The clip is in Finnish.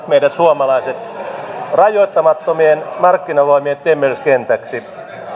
meidät suomalaiset rajoittamattomien markkinavoimien temmellyskentäksi